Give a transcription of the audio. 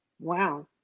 Wow